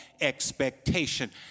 expectation